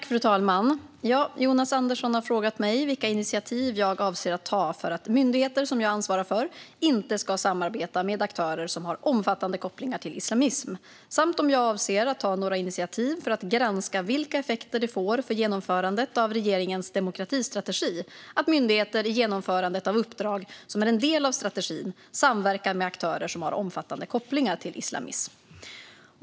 Fru talman! Jonas Andersson har frågat mig vilka initiativ jag avser att ta för att myndigheter som jag ansvarar för inte ska samarbeta med aktörer som har omfattande kopplingar till islamism, samt om jag avser att ta några initiativ för att granska vilka effekter det får för genomförandet av regeringens demokratistrategi att myndigheter i genomförandet av uppdrag som är en del av strategin samverkar med aktörer som har omfattande kopplingar till islamism.